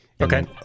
okay